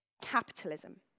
Capitalism